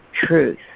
truth